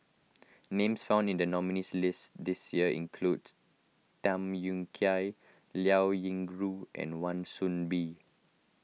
names found in the nominees' list this year include Tham Yui Kai Liao Yingru and Wan Soon Bee